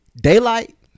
daylight